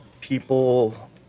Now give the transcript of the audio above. people